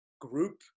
group